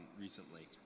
recently